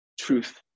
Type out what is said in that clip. truth